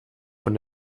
von